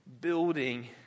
building